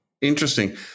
Interesting